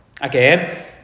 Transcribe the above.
Again